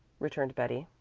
returned betty.